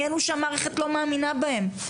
מאלו שהמערכת לא מאמינה בהם.